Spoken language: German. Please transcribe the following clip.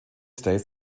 states